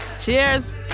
Cheers